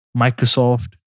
Microsoft